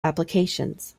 applications